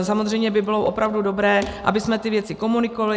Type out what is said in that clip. Samozřejmě by bylo opravdu dobré, abychom ty věci komunikovali.